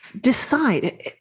Decide